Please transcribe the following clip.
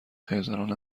خیزران